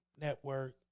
network